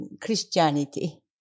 Christianity